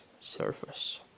surface